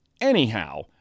Anyhow